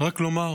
רק לומר